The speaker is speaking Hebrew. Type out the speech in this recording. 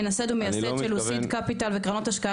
מנכ"ל ומייסד של לוסיד קפיטל וקרנות השקעה